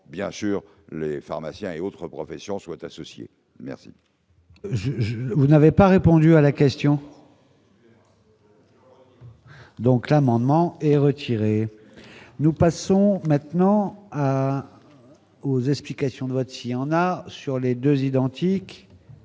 bien sûr, le pharmacien et autres professions soient associés, merci. Je, je, vous n'avez pas répondu à la question. Donc, l'amendement est retiré, nous passons maintenant aux explications de vote si on